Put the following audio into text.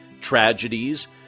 tragedies